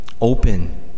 open